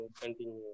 continue